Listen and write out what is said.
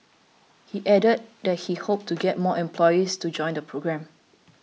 he added that he hoped to get more employees to join the programme